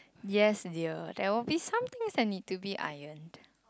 yes dear there will be somethings I need to be ironed